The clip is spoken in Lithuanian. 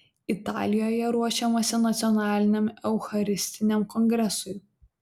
italijoje ruošiamasi nacionaliniam eucharistiniam kongresui